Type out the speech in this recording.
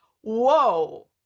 Whoa